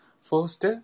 first